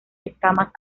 escamas